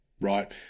right